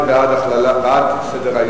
זה בעד הכללה בסדר-היום,